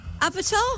Avatar